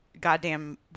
goddamn